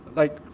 like,